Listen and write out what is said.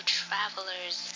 travelers